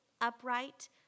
upright